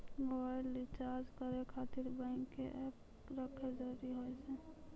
Mobile recharge करे खातिर bank के ऐप रखे जरूरी हाव है?